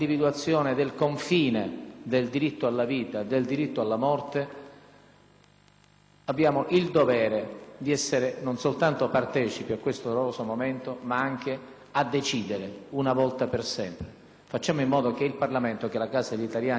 abbiamo il dovere di essere non soltanto partecipi a questo doloroso momento, ma anche di decidere una volta per sempre. Facciamo in modo che il Parlamento, che è la casa degli italiani, possa continuare questo percorso per dare un segnale al Paese.